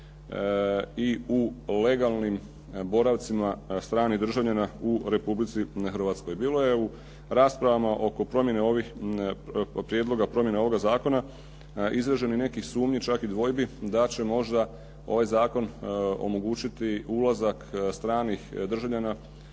i u legalnim boravcima stranih državljana u Republici Hrvatskoj. Bilo je u raspravama oko prijedloga promjene ovoga zakona izraženo nekih sumnji čak i dvojbi da će možda ovaj zakon omogućiti ulazak stranih državljana